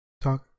talk